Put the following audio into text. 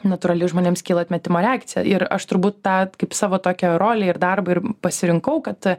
natūraliai žmonėms kyla atmetimo reakcija ir aš turbūt tą kaip savo tokią rolę ir darbą ir pasirinkau kad